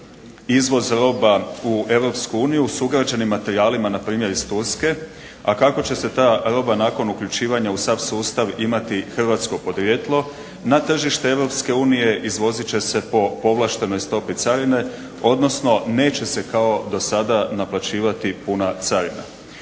izvoz roba u EU s ugrađenim materijalima npr. iz Turske. A kako će se ta roba nakon uključivanja u sav sustav imati hrvatsko podrijetlo na tržište EU izvozit će se po povlaštenoj stopi carine, odnosno neće se kao do sada naplaćivati puna carina.